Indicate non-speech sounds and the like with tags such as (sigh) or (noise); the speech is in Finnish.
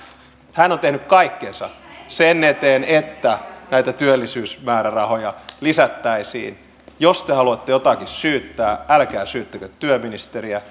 hän on tehnyt kaikkensa sen eteen että näitä työllisyysmäärärahoja lisättäisiin jos te haluatte jotakin syyttää älkää syyttäkö työministeriä (unintelligible)